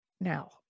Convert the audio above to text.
Now